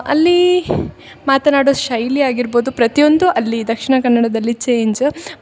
ಅಲ್ಲಿ ಮಾತನಾಡೊ ಶೈಲಿಯಾಗಿರ್ಬೋದು ಪ್ರತಿಯೊಂದು ಅಲ್ಲಿ ದಕ್ಷಿಣ ಕನ್ನಡದಲ್ಲಿ ಚೇಂಜ